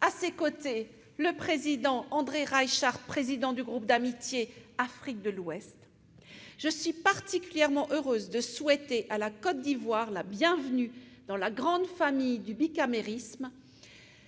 À ses côtés se trouve André Reichardt, président du groupe d'amitié Afrique de l'Ouest. Je suis particulièrement heureuse de souhaiter à la Côte d'Ivoire la bienvenue dans la grande famille du bicamérisme,